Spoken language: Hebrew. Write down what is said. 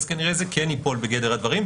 כנראה זה כן ייפול בגדר הדברים,